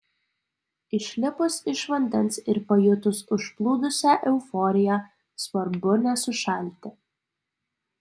išlipus iš vandens ir pajutus užplūdusią euforiją svarbu nesušalti